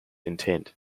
intent